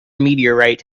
meteorite